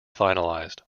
finalised